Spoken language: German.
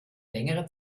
längere